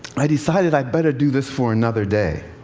i decided i'd better do this for another day,